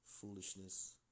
Foolishness